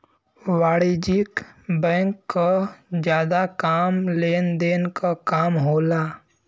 वाणिज्यिक बैंक क जादा काम लेन देन क काम होला